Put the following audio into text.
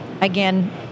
again